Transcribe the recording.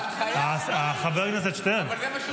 הנחיה --- חבר הכנסת שטרן --- אבל זה מה ששאלתי.